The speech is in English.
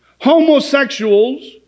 homosexuals